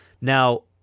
Now